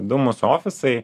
du mūsų ofisai